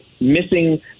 missing